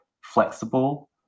flexible